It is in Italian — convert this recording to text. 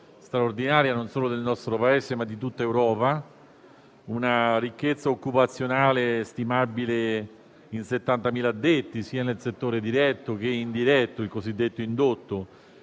straordinaria, non solo del nostro Paese ma di tutta l'Europa; una ricchezza occupazionale stimabile in 70.000 addetti, sia nel settore diretto che in quello indiretto, il cosiddetto indotto.